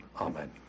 amen